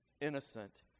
innocent